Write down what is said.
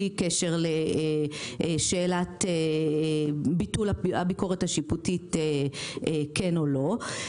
קשר לשאלת ביטול הביקורת השיפוטית כן או לא.